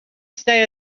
stay